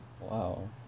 wow